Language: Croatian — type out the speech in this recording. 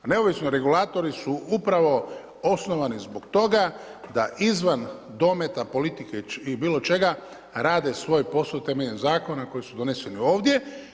A neovisni regulatori si upravo osnovani zbog toga da izvan dometa politike i bilo čega rade svoj posao temeljem zakona i koji su doneseni ovdje.